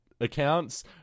accounts